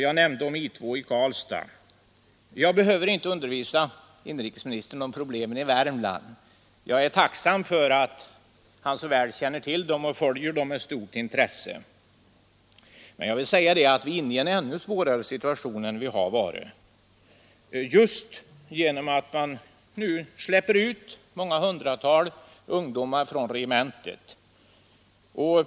Jag har tidigare talat om I 2 i Karlstad, och jag behöver inte här undervisa inrikesministern om problemen i Värmland. Jag är tacksam för att han så väl känner till dem och följer dem med stort intresse. Jag vill bara säga att vi nu är inne i en ännu svårare situation än tidigare när man i vår släpper ut flera hundra ungdomar från regementet.